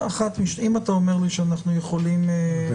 אם אתה אומר לי שאנחנו יכולים להצביע --- אני